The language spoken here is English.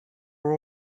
were